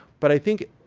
but i think,